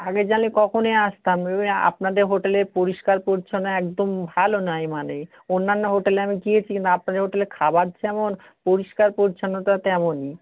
আগে জানলে কখনোই আসতাম না এবারে আপনাদের হোটেলের পরিষ্কার পরিচ্ছন্ন একদম ভালো নয় মানে অন্যান্য হোটেলে আমি গিয়েছি কিন্তু আপনাদের হোটেলে খাবার যেমন পরিষ্কার পরিচ্ছন্নতা তেমনই